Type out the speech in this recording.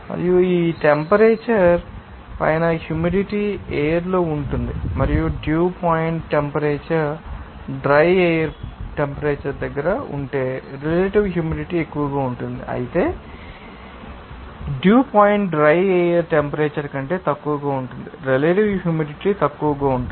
మరియు ఈ టెంపరేచర్ పైన హ్యూమిడిటీ ఎయిర్ లో ఉంటుంది మరియు dew point temperature dry air temperature కు దగ్గరగా ఉంటే రెలెటివ్ హ్యూమిడిటీ ఎక్కువగా ఉంటుంది అయితే dew point dry air temperature కంటే తక్కువగా ఉంటుంది రెలెటివ్ హ్యూమిడిటీ తక్కువగా ఉంటుంది